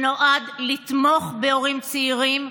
לתמוך בהורים צעירים,